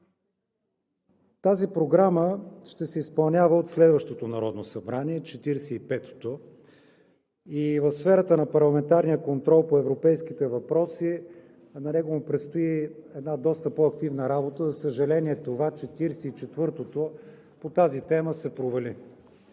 Тази програма ще се изпълнява от следващото Народното събрание – 45-ото, и в сферата на парламентарния контрол по европейските въпроси на него му предстои една доста по-активна работа. За съжаление, това, 44-тото, по тази тема се провали.